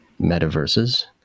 metaverses